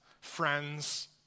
friends